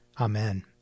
Amen